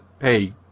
hey